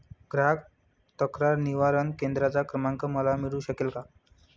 ग्राहक तक्रार निवारण केंद्राचा क्रमांक मला मिळू शकेल का?